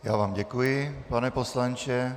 Já vám děkuji, pane poslanče.